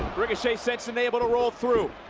ricochet sense it, able to roll through.